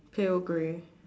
pale grey